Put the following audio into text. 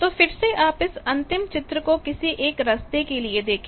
तो फिर से आप इस अंतिम चित्र को किसी एक रास्ते के लिए देखें